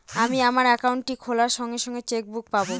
আমি আমার একাউন্টটি খোলার সঙ্গে সঙ্গে চেক বুক পাবো?